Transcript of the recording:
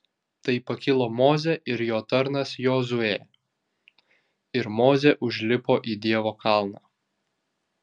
tai pakilo mozė ir jo tarnas jozuė ir mozė užlipo į dievo kalną